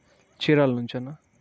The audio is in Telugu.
చీరాలా నుంచన్నా